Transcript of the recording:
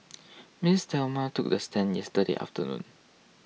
Ms Thelma took the stand yesterday afternoon